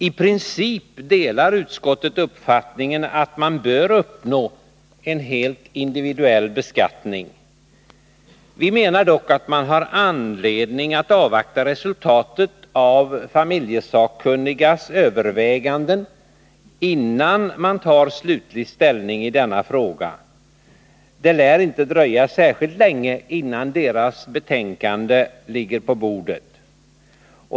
I princip delar utskottet uppfattningen att man bör uppnå en helt individuell beskattning. Vi menar dock att man har anledning att avvakta resultatet av familjelagssakkunnigas överväganden, innan man tar ställning i denna fråga. Det lär inte dröja särskilt länge innan deras betänkande ligger på bordet.